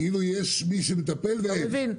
כאילו יש מי שמטפל אבל אין.